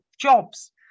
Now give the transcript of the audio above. jobs